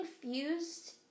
confused